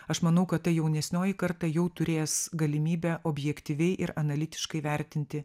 aš manau kad ta jaunesnioji karta jau turės galimybę objektyviai ir analitiškai vertinti